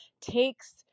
takes